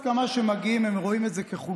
וכל הסכמה שמגיעים הם רואים את זה כחולשה.